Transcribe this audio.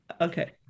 Okay